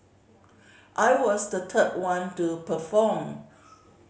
I was the third one to perform